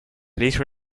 please